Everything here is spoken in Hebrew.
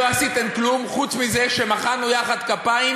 לא עשיתם כלום חוץ מזה שמחאנו יחד כפיים